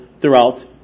throughout